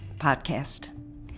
Podcast